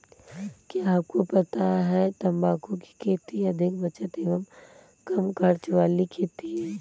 क्या आपको पता है तम्बाकू की खेती अधिक बचत एवं कम खर्च वाली खेती है?